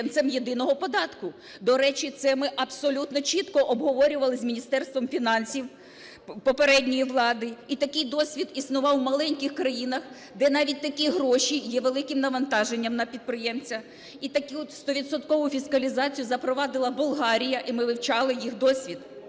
До речі, це ми абсолютно чітко обговорювали з Міністерством фінансів попередньої влади. І такий досвід існував у маленьких країнах, де навіть такі гроші є великим навантаженням на підприємця. І таку от стовідсоткову фіскалізацію запровадила Болгарія, і ми вивчали їх досвід.